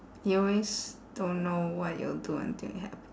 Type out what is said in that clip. you always don't know what you'll do until you have